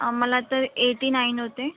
आ मला तर एटीनाइन होते